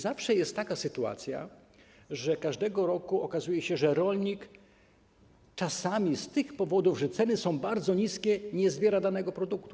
Zawsze jest taka sytuacja, że każdego roku okazuje się, że rolnik czasami z powodu, że ceny są bardzo niskie, nie zbiera danego produktu.